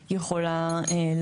הישיבה.